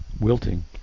wilting